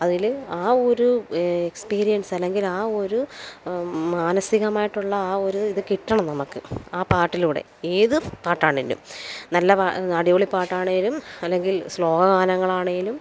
അതിൽ ആ ഒരു എക്സ്പീരിയൻസ്സ് അല്ലെങ്കിലാ ഒരു മാനസികമായിട്ടുള്ള ആ ഒരു ഇത് കിട്ടണം നമുക്ക് ആ പാട്ടിലൂടെ ഏത് പാട്ടാണേലും നല്ല പാ അടിപൊളി പാട്ടാണേലും അല്ലെങ്കിൽ ശ്ലോക ഗാനങ്ങളാണേലും